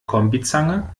kombizange